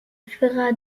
fera